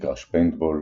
מגרש פיינטבול,